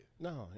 No